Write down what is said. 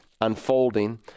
unfolding